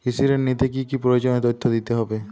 কৃষি ঋণ নিতে কি কি প্রয়োজনীয় তথ্য দিতে হবে?